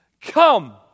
Come